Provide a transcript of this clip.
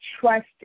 trust